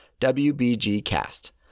WBGCast